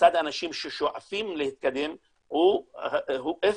מצד האנשים ששואפים להתקדם הוא אפס,